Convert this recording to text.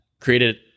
created